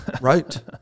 right